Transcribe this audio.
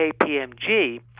KPMG